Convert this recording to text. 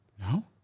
No